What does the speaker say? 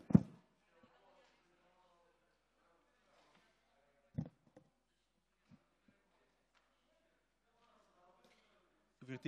גברתי